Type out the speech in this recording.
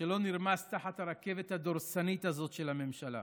שלא נרמס תחת הרכבת הדורסנית הזאת של הממשלה.